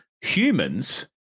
humans